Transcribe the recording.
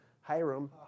Hiram